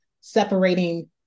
separating